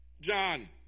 John